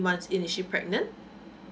months initiate pregnant